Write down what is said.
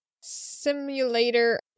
Simulator